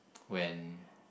when